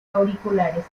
auriculares